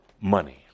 money